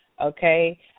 okay